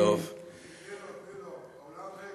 הכול בסדר.